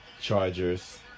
Chargers